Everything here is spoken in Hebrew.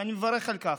ואני מברך על כך.